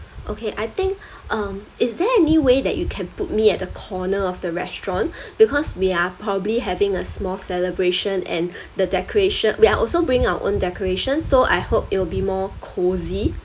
okay I think um is there any way that you can put me at the corner of the restaurant because we are probably having a small celebration and the decoration we are also bring our own decoration so I hope it will be more cosy